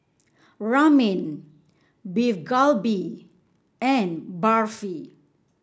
Ramen Beef Galbi and Barfi